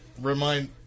remind